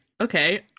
Okay